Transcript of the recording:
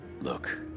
look